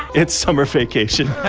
it's summer vacation